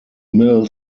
mill